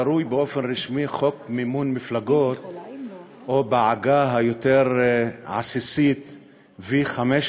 הקרוי באופן רשמי "חוק מימון מפלגות" או בעגה היותר עסיסית "V15"